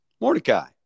mordecai